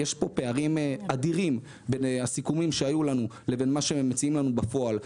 יש פה פערים אדירים בין הסיכומים שהיו לנו לבין מה שמציעים לנו בפועל.